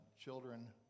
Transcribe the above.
children